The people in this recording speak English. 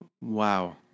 Wow